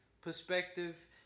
perspective